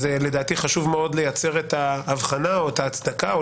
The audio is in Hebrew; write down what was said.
לכן לדעתי חשוב מאוד לייצר את ההבחנה או את ההצדקה או